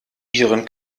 ihren